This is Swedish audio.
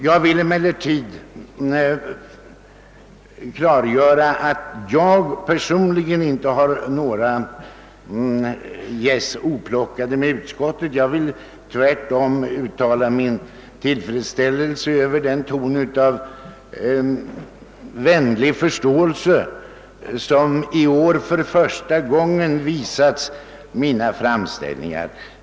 Jag vill emellertid klargöra att jag personligen inte har några gäss oplockade med utskottet. Jag vill tvärtom uttala min tillfredsställelse över den ton av vänlig förståelse som i år för första gången visats mina framställningar.